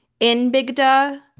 Inbigda